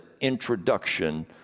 introduction